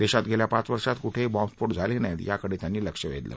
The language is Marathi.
देशात गेल्या पाच वर्षात कुठेही बाँबस्फोट झाले नाहीत याकडे त्यांनी लक्ष वेधलं